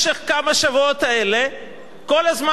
כל הזמן כשאני שומע את הדברים של אנשים מקדימה,